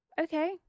okay